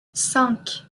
cinq